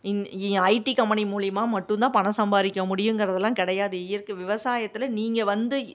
இந் IT company மூலிமா மட்டுந்தான் பணம் சம்பாதிக்க முடியுங்கிறதெல்லாம் கிடையாது இயற்கை விவசாயத்தில் நீங்கள் வந்து